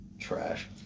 Trash